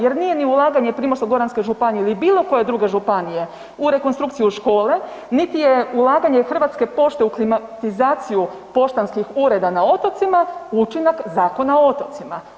Jer nije ni ulaganje Primorsko-goranske županije ili bilo koje druge županije u rekonstrukciju škole, niti je ulaganje Hrvatske pošte u klimatizaciju poštanskih ureda na otocima učinak Zakona o otocima.